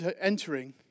entering